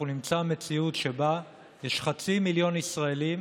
אנחנו נמצא מציאות שבה יש חצי מיליון ישראלים